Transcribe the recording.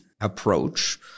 approach